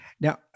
Now